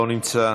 לא נמצא,